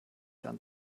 dann